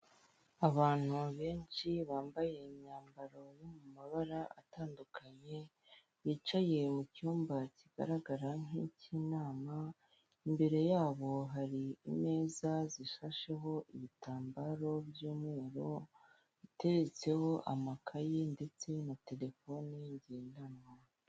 Abantu benshi bambaye imyambaro yo mumabara atandukanye bicaye mucyumba kigaragara nkicy'inama, imbere yabo hari imeza zishasheho ibitambaro byumweru, iteretseho amakayi ndetse na Telefone ngendanwa.